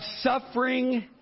suffering